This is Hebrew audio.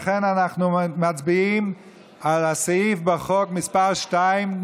לכן אנחנו מצביעים על סעיף מס' 2 בחוק,